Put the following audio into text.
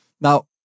Now